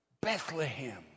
Bethlehem